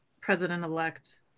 President-elect